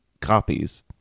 copies